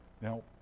Now